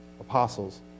apostles